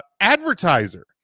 advertiser